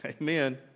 Amen